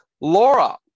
Laura